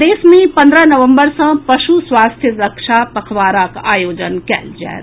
प्रदेश मे पन्द्रह नवम्बर सँ पशु स्वास्थ्य रक्षा पखवाड़ाक आयोजन कयल जायत